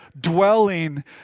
dwelling